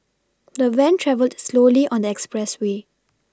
the van travelled slowly on the expressway